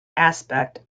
aspect